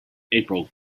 april